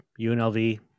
UNLV